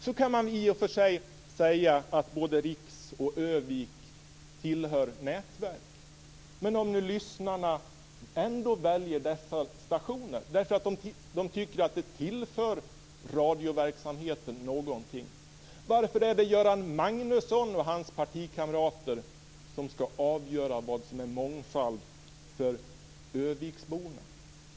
Då kan man i och för sig säga att både Men om nu lyssnarna väljer dessa stationer därför de tycker att de tillför radioverksamheten någonting, varför är det då Göran Magnusson och hans partikamrater som skall avgöra vad som är mångfald för örnsköldsviksborna?